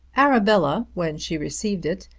arabella, when she received it,